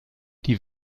die